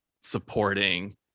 supporting